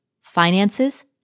Finances